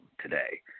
today